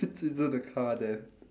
this isn't a car then